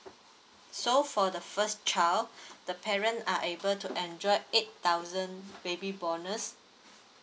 so for the first child the parent are able to enjoy a eight thousand baby bonus